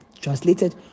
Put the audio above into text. translated